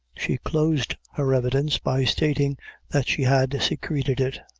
she closed her evidence by stating that she had secreted it,